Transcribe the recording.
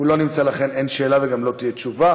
הוא לא נמצא, לכן אין שאילתה, וגם לא תהיה תשובה.